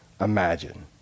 imagine